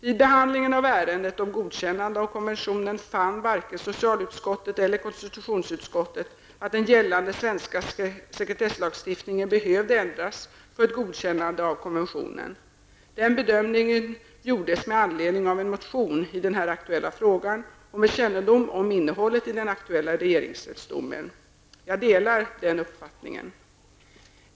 Vid behandlingen av ärendet om godkännande av konventionen fann varken socialutskottet eller konstitutionsutskottet att den gällande svenska sekretesslagstiftningen behövde ändras för ett godkännande av konventionen. Den bedömningen gjordes med anledning av en motion i den här aktuella frågan och med kännedom om innehållet i den aktuella regeringsrättsdomen. Jag delar denna uppfattning.